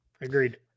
Agreed